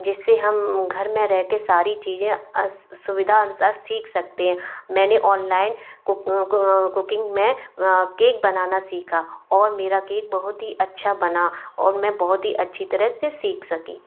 जिससे हम घर में रह कर सारी चीज़ें सुविधा अनुसार सीख सकते हैं मैंने ऑनलाइन कुकिंग में केक बनाना सीखा और मेरा केक बहुत ही अच्छा बना और मैं बहुत ही अच्छी तरह से सीख सकी